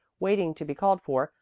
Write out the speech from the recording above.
waiting to be called for,